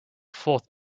fourth